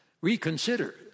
reconsider